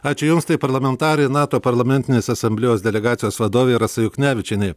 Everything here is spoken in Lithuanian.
ačiū jums tai parlamentarė nato parlamentinės asamblėjos delegacijos vadovė rasa juknevičienė